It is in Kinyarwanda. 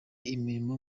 imirimo